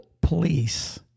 police